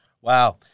Wow